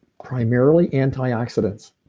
primarily antioxidants.